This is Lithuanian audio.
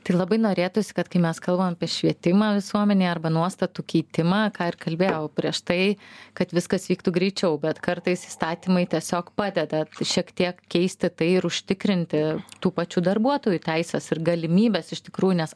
tai labai norėtųsi kad kai mes kalbam apie švietimą visuomenėj arba nuostatų keitimą ką ir kalbėjau prieš tai kad viskas vyktų greičiau bet kartais įstatymai tiesiog padeda šiek tiek keisti tai ir užtikrinti tų pačių darbuotojų teises ir galimybes iš tikrųjų nes